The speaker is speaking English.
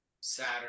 Saturn